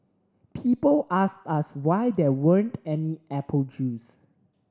people asked us why there weren't any apple juice